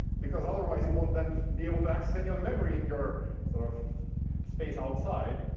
because otherwise, you won't then be able to access any of the memory in your sort of space outside.